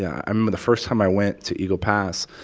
i remember the first time i went to eagle pass.